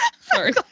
Sorry